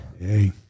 Hey